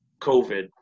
COVID